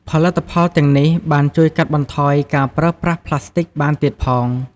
ផលិតផលទាំងនេះបានជួយកាត់បន្ថយការប្រើប្រាស់ប្លាស្ទិកបានទៀតផង។